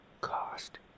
cost